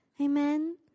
Amen